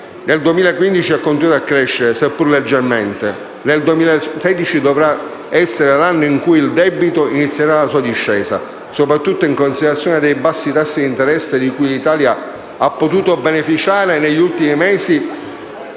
nel 2015 ha continuato a crescere, seppur leggermente, il 2016 dovrà essere l'anno in cui il debito inizierà la sua discesa, soprattutto in considerazione del fatto che i bassi tassi di interesse di cui l'Italia ha potuto beneficiare negli ultimi mesi